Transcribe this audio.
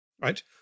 right